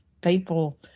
people